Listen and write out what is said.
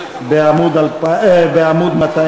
חשבון מעבר),